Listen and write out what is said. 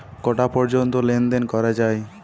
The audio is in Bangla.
কটা পর্যন্ত লেন দেন করা য়ায়?